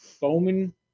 Bowman